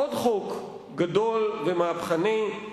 עוד חוק גדול ומהפכני,